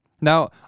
Now